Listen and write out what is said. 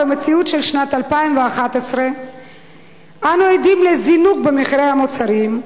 במציאות של שנת 2011 אנו עדים לזינוק במחירי המוצרים,